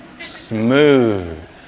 Smooth